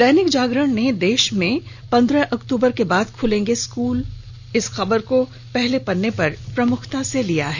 दैनिक जागरण ने देश में पंद्रह अक्तूबर के बाद खुलेंगे स्कूल खबर को पहले पन्ने पर प्रमुखता से प्रकाशित किया है